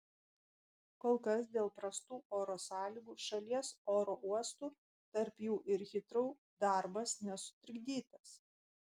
kol kas dėl prastų oro sąlygų šalies oro uostų tarp jų ir hitrou darbas nesutrikdytas